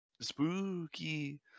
spooky